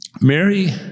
Mary